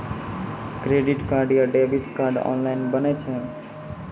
Credit card या debit card online बनै छै?